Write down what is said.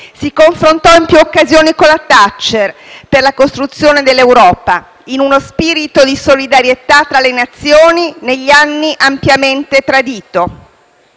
si confrontò in più occasioni con la Thatcher, per la costruzione dell'Europa in uno spirito di solidarietà tra le Nazioni negli anni ampiamente tradito.